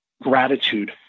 gratitude